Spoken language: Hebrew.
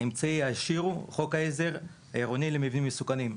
האמצעי הישיר הוא חוק העזר העירוני למבנים מסוכנים.